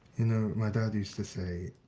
iyou know, my dad used to say,